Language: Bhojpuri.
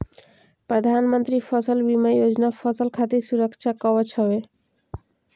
प्रधानमंत्री फसल बीमा योजना फसल खातिर सुरक्षा कवच हवे